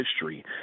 history